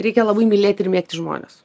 reikia labai mylėti ir mėgti žmones